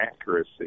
accuracy